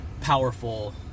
powerful